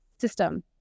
system